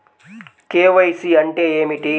KYC అంటే ఏమిటి?